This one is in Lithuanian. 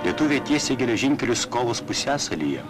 lietuviai tiesia geležinkelius kolos pusiasalyje